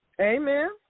Amen